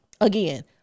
Again